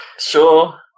Sure